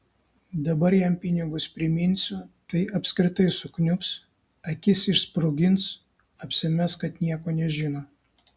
dabar jam pinigus priminsiu tai apskritai sukniubs akis išsprogins apsimes kad nieko nežino